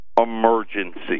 emergency